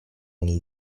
negli